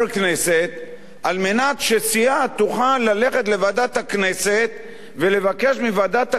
על מנת שסיעה תוכל ללכת לוועדת הכנסת ולבקש מוועדת הכנסת